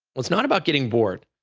it's not about getting bored.